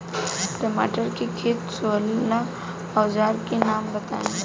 टमाटर के खेत सोहेला औजर के नाम बताई?